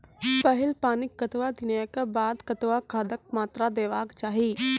पहिल पानिक कतबा दिनऽक बाद कतबा खादक मात्रा देबाक चाही?